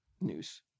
news